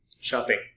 Shopping